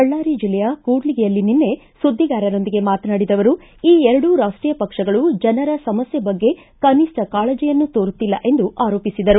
ಬಳ್ಳಾರಿ ಜಿಲ್ಲೆಯ ಕೂಡ್ಲಿಗಿಯಲ್ಲಿ ನಿನ್ನೆ ಸುದ್ವಿಗಾರರೊಂದಿಗೆ ಮಾತನಾಡಿದ ಅವರು ಈ ಎರಡೂ ರಾಷ್ಟೀಯ ಪಕ್ಷಗಳು ಜನರ ಸಮಸ್ತೆ ಬಗ್ಗೆ ಕನಿಷ್ಠ ಕಾಳಜಿಯನ್ನೂ ತೋರುತ್ತಿಲ್ಲ ಎಂದು ಆರೋಪಿಸಿದರು